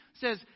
says